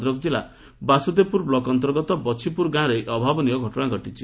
ଭଦ୍ରକ କିଲ୍ଲା ବାସୁଦେବପୁର ଅନ୍ତର୍ଗତ ବଛିପୁର ଗାଁରେ ଏହି ଅଭାବନୀୟ ଘଟଶା ଘଟିଛି